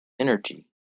energy